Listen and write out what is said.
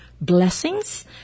blessings